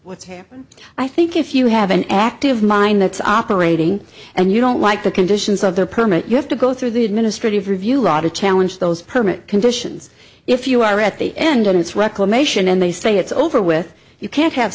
what's happened i think if you have an active mind that's operating and you don't like the conditions of the permit you have to go through the administrative review law to challenge those permit conditions if you are at the end of its reclamation and they say it's over with you can't have